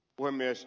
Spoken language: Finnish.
puhemies